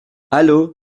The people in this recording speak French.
allô